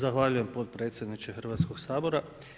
Zahvaljujem potpredsjedniče Hrvatskog sabora.